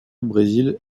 brésil